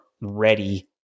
ready